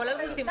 כולל מולטימדיה.